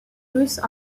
russes